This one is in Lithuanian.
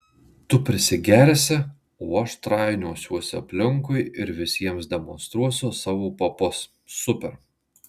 tu prisigersi o aš trainiosiuosi aplinkui ir visiems demonstruosiu savo papus super